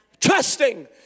trusting